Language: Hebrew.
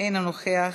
אינו נוכח,